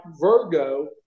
Virgo